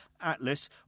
Atlas